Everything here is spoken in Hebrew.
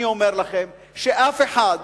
אני אומר לכם שאף אחד